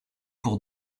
pour